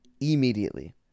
Immediately